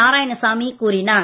நாராயணசாமி கூறினார்